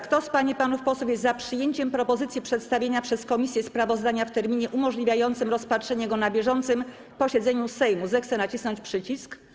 Kto z pań i panów posłów jest za przyjęciem propozycji przedstawienia przez komisję sprawozdania w terminie umożliwiającym rozpatrzenie go na bieżącym posiedzeniu Sejmu, zechce nacisnąć przycisk.